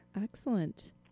excellent